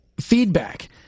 Feedback